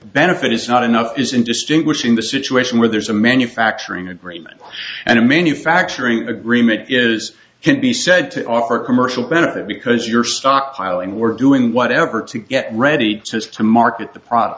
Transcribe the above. benefit is not enough is in distinguishing the situation where there's a manufacturing agreement and a manufacturing agreement is can be said to offer commercial benefit because you're stockpiling we're doing whatever to get ready just to market the pro